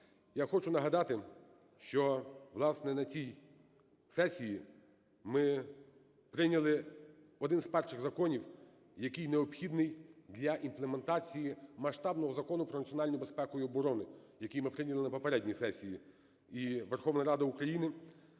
Я хочу нагадати, що, власне, на цій сесії ми прийняли один з перших законів, який необхідний для імплементації масштабного Закону "Про національну безпеку і оборону", який ми прийняли на попередній сесії. І Верховна Рада України